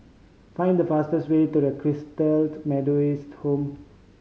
find the fastest way to the Methodist Home